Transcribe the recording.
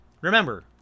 Remember